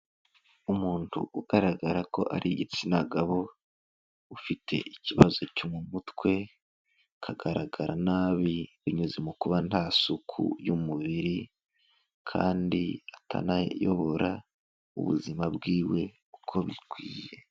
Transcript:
Umuntu ugaragara ko ari igitsina gabo, ufite ikibazo cyo mu mutwe, akagaragara nabi binyuze mu kuba nta suku y'umubiri, kandi atanayobora ubuzima bw'iwe uko bikwiye.